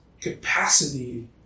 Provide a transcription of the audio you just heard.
capacity